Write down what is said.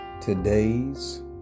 Today's